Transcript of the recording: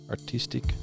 Artistic